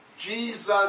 Jesus